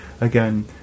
again